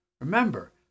Remember